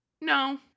No